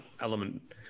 element